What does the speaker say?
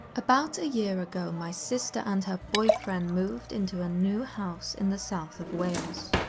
about a year ago, my sister and her boyfriend move into a new house in the south of wales.